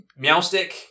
Meowstick